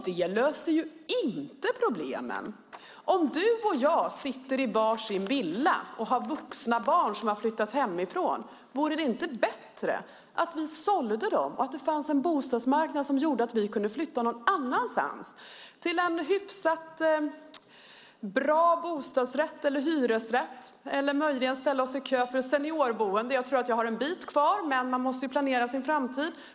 Det löser inte problemen. Tänk om du och jag satt i var sin villa där de vuxna barnen har flyttat hemifrån, vore det inte bättre att vi sålde våra villor och att det fanns en bostadsmarknad som gjorde att vi kunde flytta någon annanstans, till en hyfsat bra bostadsrätt eller hyresrätt? Vi kunde möjligen ställa oss i kö för ett seniorboende. Jag har nog en bit kvar, men man måste ju planera sin framtid.